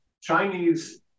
Chinese